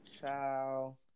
Ciao